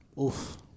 Oof